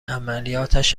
عملیاتش